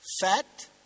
fat